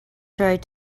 tried